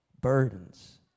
burdens